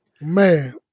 Man